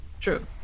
true